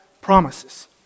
promises